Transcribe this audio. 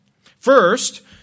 First